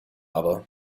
aber